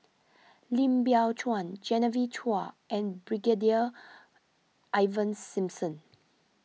Lim Biow Chuan Genevieve Chua and Brigadier Ivan Simson